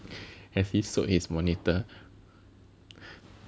has he sold his monitor